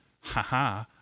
haha